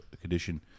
condition